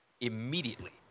immediately